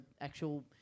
actual